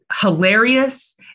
hilarious